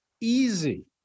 easy